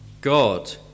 God